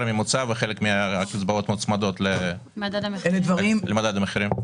הממוצע וחלק מהקצבאות מוצמדות למדד המחירים?